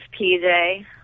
PJ